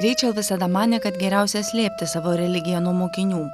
reičel visada manė kad geriausia slėpti savo religiją nuo mokinių